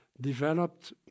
developed